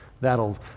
That'll